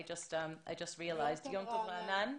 אני רוצה להודות על כך שיצרתם רשימה של 40 אנשים,